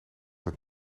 het